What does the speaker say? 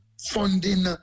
funding